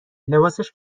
لباسش